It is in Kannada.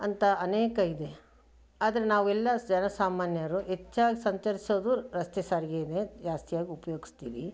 ಅಂತ ಅನೇಕ ಇದೆ ಆದರೆ ನಾವೆಲ್ಲ ಜನಸಾಮಾನ್ಯರು ಹೆಚ್ಚಾಗಿ ಸಂಚರಿಸೋದು ರಸ್ತೆ ಸಾರಿಗೆನೇ ಜಾಸ್ತಿಯಾಗಿ ಉಪಯೋಗಿಸ್ತೀವಿ